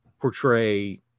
portray